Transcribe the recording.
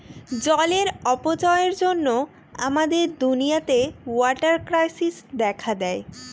জলের অপচয়ের জন্য আমাদের দুনিয়াতে ওয়াটার ক্রাইসিস দেখা দেয়